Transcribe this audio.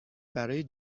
برای